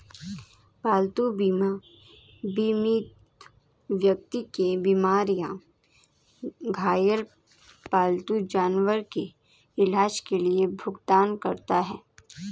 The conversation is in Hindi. पालतू बीमा बीमित व्यक्ति के बीमार या घायल पालतू जानवर के इलाज के लिए भुगतान करता है